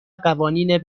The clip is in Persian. قوانین